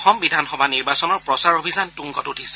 অসম বিধানসভা নিৰ্বাচনৰ প্ৰচাৰ অভিযান তুংগত উঠিছে